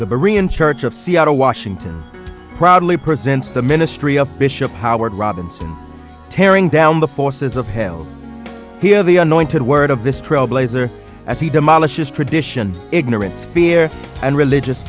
of seattle washington proudly presents the ministry of bishop howard robinson tearing down the forces of hell here the anointed word of this trailblazer as he demolishes tradition ignorance fear and religious